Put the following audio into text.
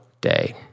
day